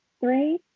Three